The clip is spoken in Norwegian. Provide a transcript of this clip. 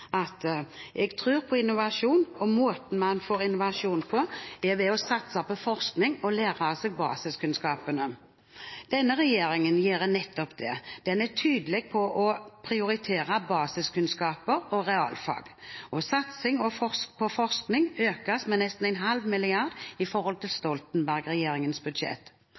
sagt: Jeg tror på innovasjon, og at måten man får innovasjon på, er ved å satse på forskning og å lære seg basiskunnskapene. Denne regjeringen gjør nettopp det; den er tydelig på å prioritere basiskunnskaper og realfag, og satsingen på forskning økes med nesten en halv milliard kroner i forhold til Stoltenberg-regjeringens budsjett.